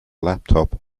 laptop